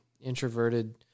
introverted